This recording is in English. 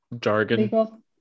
jargon